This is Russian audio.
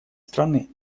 страны